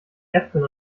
äpfeln